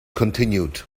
continued